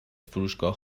فروشگاه